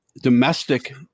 domestic